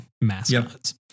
mascots